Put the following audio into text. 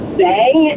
bang